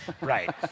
right